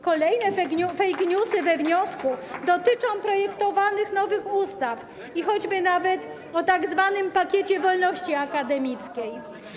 Kolejne fake newsy we wniosku dotyczą projektowanych nowych ustaw, choćby nawet tzw. pakietu wolności akademickiej.